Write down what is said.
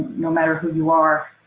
no matter who you are,